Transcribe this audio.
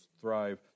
Thrive